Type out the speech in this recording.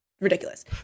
Ridiculous